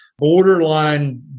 Borderline